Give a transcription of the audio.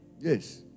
Yes